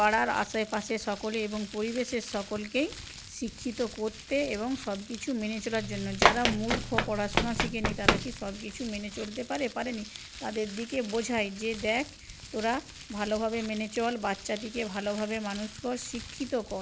পাড়ার আশেপাশে সকলে এবং পরিবেশের সকলকেই শিক্ষিত করতে এবং সবকিছু মেনে চলার জন্য যারা মূর্খ পড়াশুনা শেখেনি তারা কি সবকিছু মেনে চলতে পারে পারে না তাদের দিকে বোঝায় যে দেখ তোরা ভালোভাবে মেনে চল বাচ্চাদেরকে ভালোভাবে মানুষ কর শিক্ষিত কর